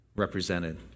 represented